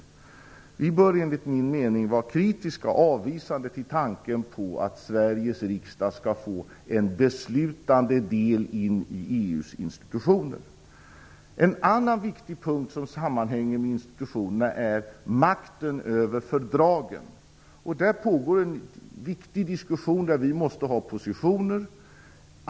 Vi bör enligt min mening vara kritiska och avvisande till tanken på att Sveriges riksdag skall få en beslutande del i EU:s institutioner. En annan viktig punkt som sammanhänger med institutionerna är makten över fördragen. Där pågår en viktig diskussion där vi måste ha positioner.